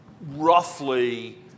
roughly